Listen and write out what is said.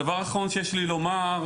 הדבר האחרון שיש לי לומר,